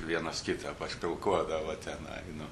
vienas kitą pašpilkuodavo tenai nu